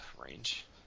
range